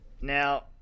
Now